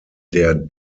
der